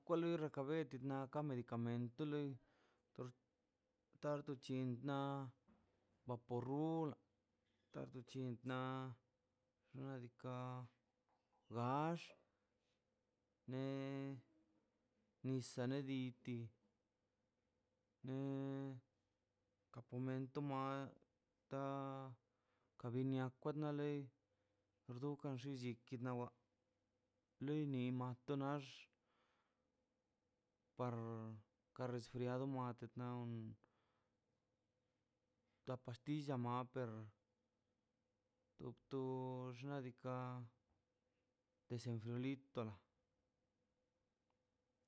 na ka medicamento loi tox tardu chin na vaporu tardo chena nadika gax ne nisa ne diti ne kapumeto mail ta kabinia kwe na lei durkan llichi knawa loi ni ma o nax par ka resfriado mattna ta pastilla maper doctox xna' diika' desenfriolito